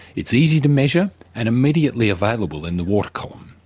it's easy to measure and immediately available in the water column.